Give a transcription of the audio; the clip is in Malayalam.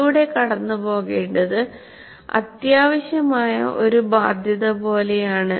അതിലൂടെ കടന്നുപോകേണ്ടത് അത്യാവശ്യമായ ഒരു ബാധ്യത പോലെയാണ്